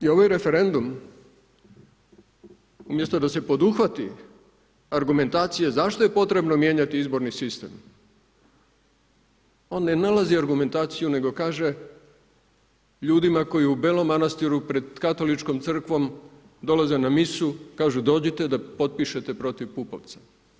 I ovaj referendum umjesto da se poduhvati argumentacije zašto je potrebno mijenjati izborni sistem, on ne nalazi argumentaciju, nego kaže, ljudima koji u Belom Manastirom, pred katoličkom crkvom dolaze na misu, kaže dođite da potpišete protiv Pupovca.